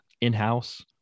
in-house